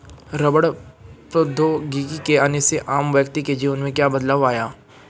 रबड़ प्रौद्योगिकी के आने से आम व्यक्ति के जीवन में क्या बदलाव आया?